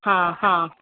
हा हा